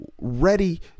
ready